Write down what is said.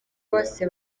bose